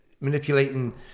manipulating